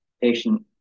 patient